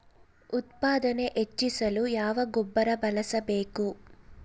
ಉತ್ಪಾದನೆ ಹೆಚ್ಚಿಸಲು ಯಾವ ಗೊಬ್ಬರ ಬಳಸಬೇಕು?